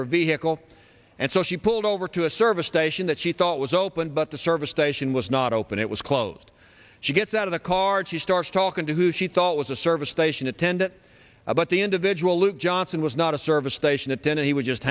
her vehicle and so she pulled over to a service station that she thought was open but the service station was not open it was closed she gets out of the car she starts talking to who she thought was a service station attendant about the individual luke johnson was not a service station attendant he was just